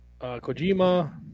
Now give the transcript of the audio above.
Kojima